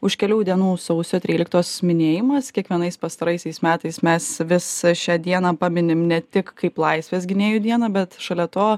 už kelių dienų sausio tryliktosios minėjimas kiekvienais pastaraisiais metais mes visą šią dieną paminim ne tik kaip laisvės gynėjų dieną bet šalia to